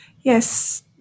Yes